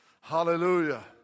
Hallelujah